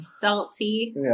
salty